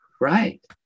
Right